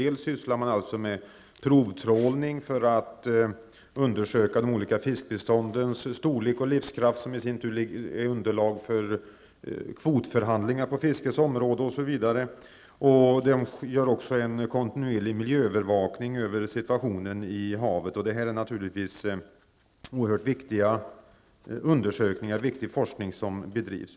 Man sysslar dels med provtrålning för att undersöka de olika fiskbeståndens storlek och livskraft -- vilket i sin tur utgör underlag för kvotförhandlingar i fråga om fiskets område --, dels gör man en kontinuerlig miljöövervakning när det gäller situationen i havet. Detta är naturligtvis oerhört viktiga undersökningar, och det är en angelägen forskning som bedrivs.